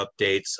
updates